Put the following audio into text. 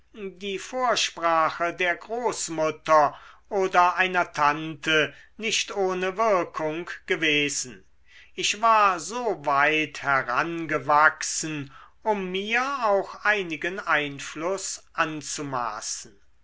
die vorsprache der großmutter oder einer tante nicht ohne wirkung gewesen ich war so weit herangewachsen um mir auch einigen einfluß anzumaßen